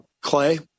clay